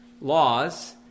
laws